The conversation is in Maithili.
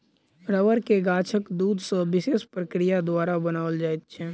रबड़ के गाछक दूध सॅ विशेष प्रक्रिया द्वारा बनाओल जाइत छै